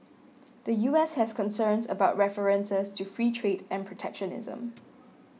the U S has concerns about references to free trade and protectionism